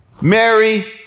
Mary